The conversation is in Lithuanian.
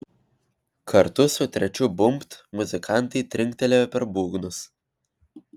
kartu su trečiu bumbt muzikantai trinktelėjo per būgnus